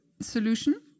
solution